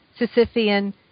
Sisyphean